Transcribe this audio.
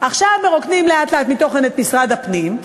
עכשיו מרוקנים מתוכן לאט-לאט את משרד הפנים.